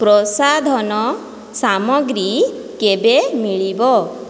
ପ୍ରସାଧନ ସାମଗ୍ରୀ କେବେ ମିଳିବ